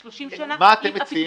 30 שנה --- מה אתם מציעים?